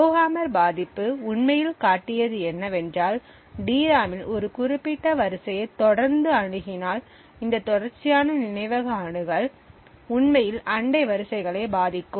Rowhammer பாதிப்பு உண்மையில் காட்டியது என்னவென்றால் டிராமில் ஒரு குறிப்பிட்ட வரிசையை தொடர்ந்து அணுகினால் இந்த தொடர்ச்சியான நினைவக அணுகல் உண்மையில் அண்டை வரிசைகளை பாதிக்கும்